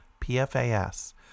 PFAS